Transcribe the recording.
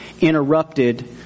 interrupted